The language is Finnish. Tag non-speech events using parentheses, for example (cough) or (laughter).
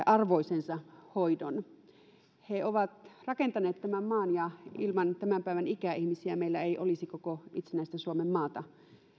(unintelligible) arvoisensa hoidon he ovat rakentaneet tämän maan ja ilman tämän päivän ikäihmisiä meillä ei olisi koko itsenäistä suomen maata